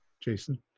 Jason